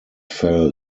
fell